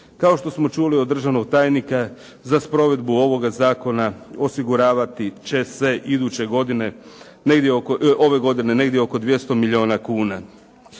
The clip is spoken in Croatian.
Kao što smo čuli od državnog tajnika, za provedbu ovoga zakona osiguravati će se ove godine negdje oko 200 milijuna kuna.